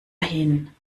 hin